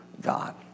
God